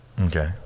Okay